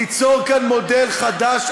ליצור כאן מודל חדש,